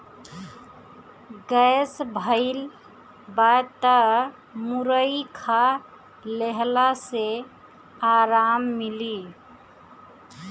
gas भइल बा तअ मुरई खा लेहला से आराम मिली